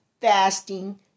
fasting